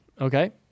okay